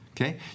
okay